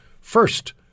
first